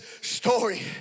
story